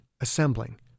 assembling